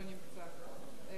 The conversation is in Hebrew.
לא נמצא,